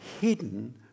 hidden